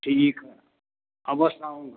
ठीक है बस आऊँगा